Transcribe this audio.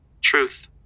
Truth